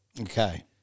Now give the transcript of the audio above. Okay